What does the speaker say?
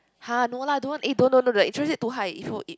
!huh! no lah don't eh don't don't do that actually too high if you if